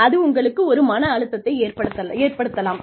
அது உங்களுக்கு ஒரு மன அழுத்தத்தை ஏற்படுத்தலாம்